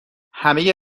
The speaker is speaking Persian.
همه